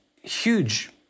huge